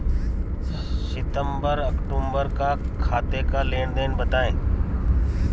सितंबर अक्तूबर का खाते का लेनदेन बताएं